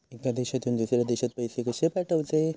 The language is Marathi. एका देशातून दुसऱ्या देशात पैसे कशे पाठवचे?